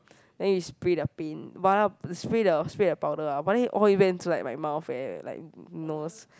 then you spray the paint but then spray the spray the powder ah but then all it went into like my mouth eh like nose